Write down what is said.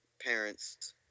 parents